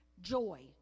Joy